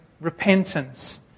Repentance